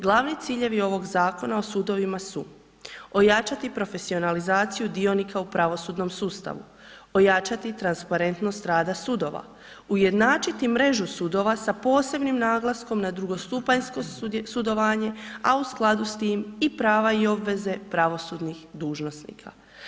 Glavni ciljevi ovog Zakona o sudovima su: ojačati profesionalizaciju dionika u pravosudnom sustavu, ojačati transparentnost rada sudova, ujednačiti mrežu sudova sa posebnim naglaskom na drugostupanjsko sudovanje a u skladu s tim i prava i obveze pravosudnih dužnosnika.